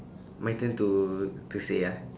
my turn to to say ah